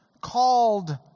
called